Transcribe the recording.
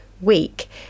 week